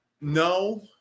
no